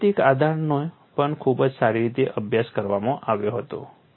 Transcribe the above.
ગાણિતિક આધારનો પણ ખૂબ જ સારી રીતે અભ્યાસ કરવામાં આવ્યો હતો